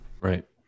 Right